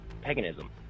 paganism